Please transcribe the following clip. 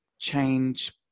change